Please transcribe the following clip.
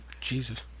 Jesus